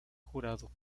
jurado